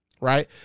Right